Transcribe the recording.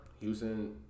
Houston